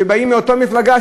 שבאים מאותה מפלגה,